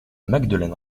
magdeleine